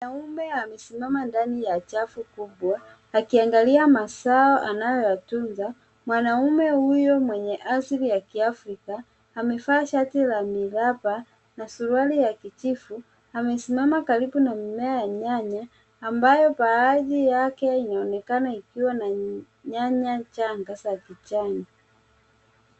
Mwanaume amesimama ndani ya chafu kubwa, akiangalia mazao anayo yachunga. Mwanaume huyo mwenye asili ya Kiafrika, amevaa shati la miraba na suruali ya kijivu. Amesimama karibu na mimea ya nyanya , ambayo baadhi yake inaonekana ikiwa na nyanya changa za kijani.